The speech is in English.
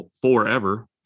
Forever